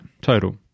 Total